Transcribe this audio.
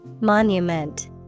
Monument